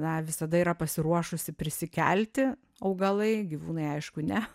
na visada yra pasiruošusi prisikelti augalai gyvūnai aišku ne